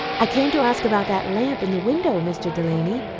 i came to ask about that lamp in the window, mr. delany,